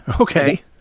Okay